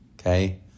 Okay